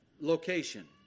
location